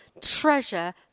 treasure